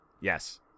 yes